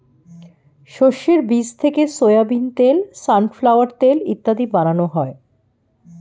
শস্যের বীজ থেকে সোয়াবিন তেল, সানফ্লাওয়ার তেল ইত্যাদি বানানো হয়